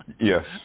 Yes